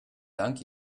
dank